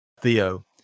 Theo